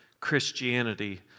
Christianity